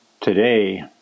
today